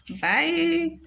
bye